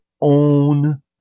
own